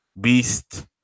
Beast